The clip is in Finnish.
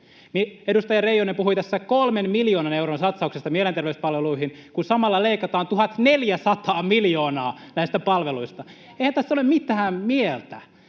Edustaja Reijonen puhui tässä 3 miljoonan euron satsauksesta mielenterveyspalveluihin, kun samalla leikataan 1 400 miljoonaa näistä palveluista. Eihän tässä ole mitään mieltä.